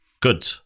Good